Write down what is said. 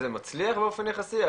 וזה מצליח באופן יחסי?